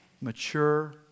mature